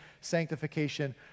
sanctification